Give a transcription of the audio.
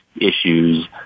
issues